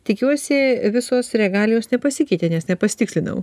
tikiuosi visos regalijos nepasikeitė nes nepasitikslinau